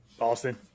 Austin